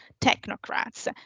technocrats